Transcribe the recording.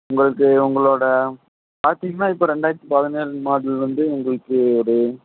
உங்களுக்கு உங்களோடது பார்த்திங்கன்னா இப்போ ரெண்டாயிரத்தி பதினேழு மாடல் வந்து உங்களுக்கு அது